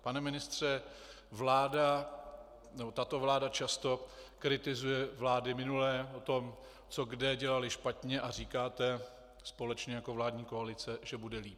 Pane ministře, tato vláda často kritizuje vlády minulé v tom, co kde dělaly špatně, a říkáte společně jako vládní koalice, že bude líp.